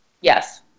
Yes